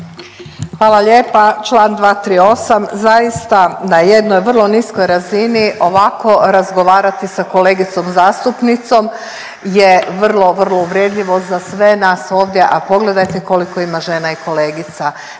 Hvala lijepa. Član 238., zaista na jednoj vrlo niskoj razini ovako razgovarati sa kolegicom zastupnicom je vrlo, vrlo uvredljivo za sve nas ovdje, a pogledajte koliko ima žena i kolegica.